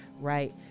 right